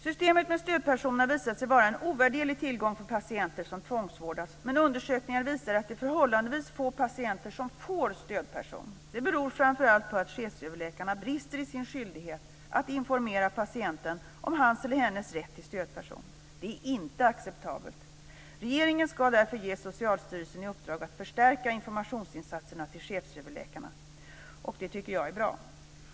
Systemet med stödperson har visat sig vara en ovärderlig tillgång för patienter som tvångsvårdas, men undersökningar visar att det är förhållande vis få patienter som får stödperson. Det beror framför allt på att chefsöverläkarna brister i sin skyldighet att informera patienterna om hans eller hennes rätt till stödperson. Detta är inte acceptabelt. Regeringen ska därför ge Socialstyrelsen i uppdrag att förstärka informationsinsatserna till chefsöverläkarna, och det tycker jag är bra.